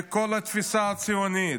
לכל התפיסה הציונית.